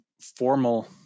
formal